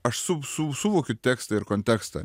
aš su su suvokiu tekstą ir kontekstą